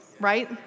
right